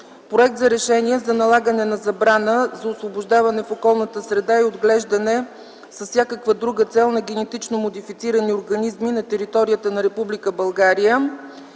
Проект за Решение за налагане на забрана за освобождаване в околната среда и отглеждане с всякаква друга цел на генетично модифицирани организми на територията на